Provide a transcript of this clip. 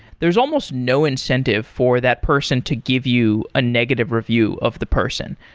there's almost no incentive for that person to give you a negative review of the person.